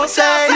say